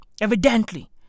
Evidently